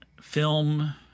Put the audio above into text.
Film